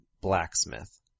blacksmith